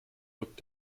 rückt